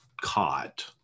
caught